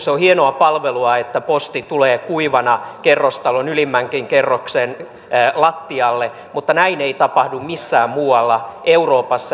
se on hienoa palvelua että posti tulee kuivana kerrostalon ylimmänkin kerroksen lattialle mutta näin ei tapahdu missään muualla euroopassa